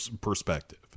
perspective